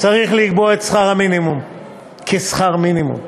צריך לקבוע את שכר המינימום כשכר מינימום.